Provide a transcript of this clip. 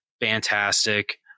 fantastic